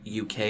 uk